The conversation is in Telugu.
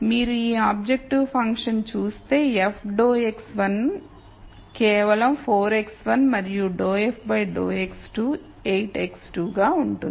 మీరు ఈ ఆబ్జెక్టివ్ ఫంక్షన్ చూస్తే f ∂x1 కేవలం 4 x1మరియు ∂f ∂x2 8 x2 గా ఉంటుంది